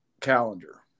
calendar